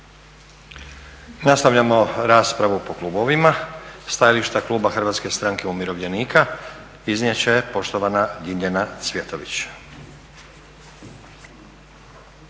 Nastavljamo raspravu po klubovima. Stajališta kluba HSU-a iznijet će poštovana Ljiljana Cvjetović.